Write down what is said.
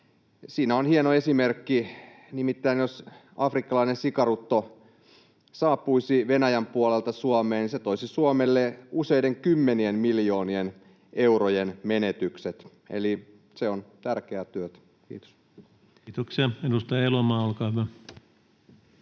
Siinä on hieno esimerkki. Nimittäin jos afrikkalainen sikarutto saapuisi Venäjän puolelta Suomeen, niin se toisi Suomelle useiden kymmenien miljoonien eurojen menetykset. Eli se on tärkeää työtä. — Kiitos. Kiitoksia. — Edustaja Elomaa, olkaa hyvä.